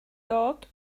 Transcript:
dod